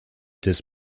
des